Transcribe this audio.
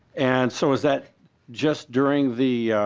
and so is that just during the